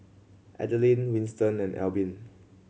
Adaline Winston and Albin